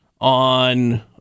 on